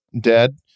dead